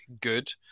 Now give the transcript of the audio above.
good